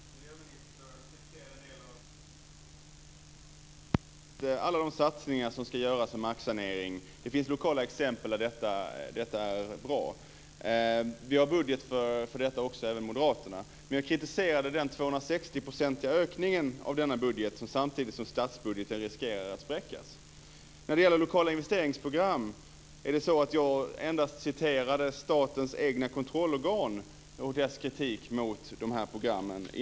Fru talman! Miljöministern kritiserade en del av det jag sade i mitt inlägg här tidigare. Jag ifrågasatte inte alla de satsningar som ska göras på marksanering. Det finns ju lokala exempel på att detta är bra, och även vi moderater har en budget för detta. Däremot kritiserade jag den 260-procentiga ökningen av denna budget som, samtidigt med statsbudgeten, riskerar att spräckas. När det gäller lokala investeringsprogram återgav jag endast statens egna kontrollorgans kritik mot de här programmen.